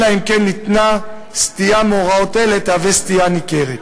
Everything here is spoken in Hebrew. אלא אם כן נקבע כי סטייה מהוראות אלה תהיה סטייה ניכרת.